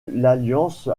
l’alliance